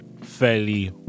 fairly